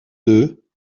deux